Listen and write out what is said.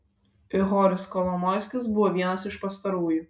ihoris kolomoiskis buvo vienas iš pastarųjų